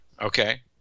okay